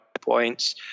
points